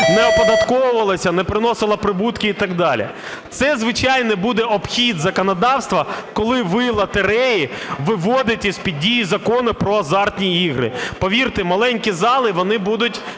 не оподатковувалась, не приносила прибутки і так далі. Це, звичайно, буде обхід законодавства, коли ви лотереї виводите з-під дії Закону про азартні ігри. Повірте, маленькі зали, вони будуть